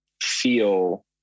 feel